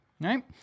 right